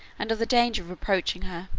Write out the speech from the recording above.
and of the danger of approaching her.